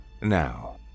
Now